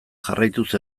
jarraituz